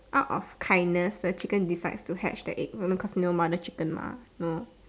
out of kindness the chicken decides to hatch the egg you know because know mother chicken mah know